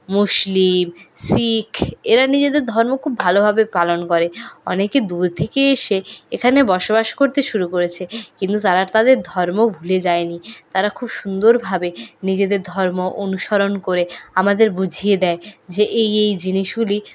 মুসলিম শিখ এরা নিজেদের ধর্ম খুব ভালোভাবে পালন করে অনেকে দূর থেকে এসে এখানে বসবাস করতে শুরু করেছে কিন্তু তারা তাদের ধর্ম ভুলে যায়নি তারা খুব সুন্দরভাবে নিজেদের ধর্ম অনুসরণ করে আমাদের বুঝিয়ে দেয় যে এই এই জিনিসগুলি